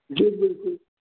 जी बिल्कुलु